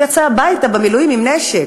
הוא יצא הביתה במילואים עם נשק.